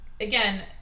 again